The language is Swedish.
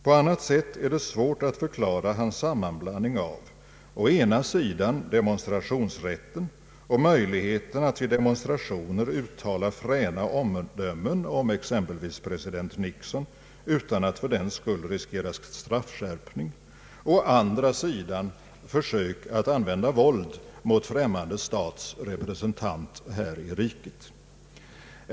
På annat sätt är det svårt att förklara hans sammanblandning av å ena sidan demonstrationsrätten och möjligheten att vid demonstrationer uttala fräna omdömen om t.ex. president Nixon utan att för den skull riskera straffskärpning och å andra sidan försök att använda våld mot främmande stats representant här i riket.